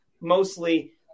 mostly